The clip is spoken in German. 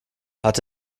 hat